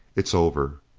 it's over.